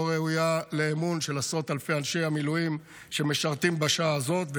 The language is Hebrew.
לא ראויה לאמון של עשרות אלפי אנשי המילואים שמשרתים בשעה הזאת,